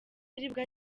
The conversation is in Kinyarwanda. aribwo